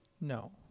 no